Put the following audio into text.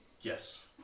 Yes